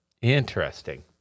Interesting